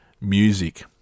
music